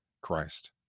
Christ